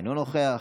אינו נוכח.